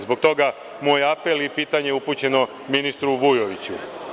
Zbog toga moj apel i pitanje je upućeno ministru Vujoviću.